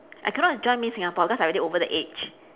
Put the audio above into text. I cannot join miss singapore because I already over the age